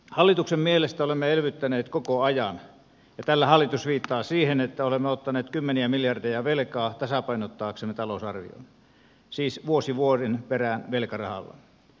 hallituksen mielestä olemme elvyttäneet koko ajan ja tällä hallitus viittaa siihen että olemme ottaneet kymmeniä miljardeja velkaa tasapainottaaksemme talousarviota siis vuosi vuoden perään velkarahalla